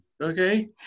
okay